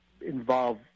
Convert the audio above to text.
involve